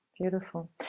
beautiful